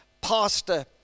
pastor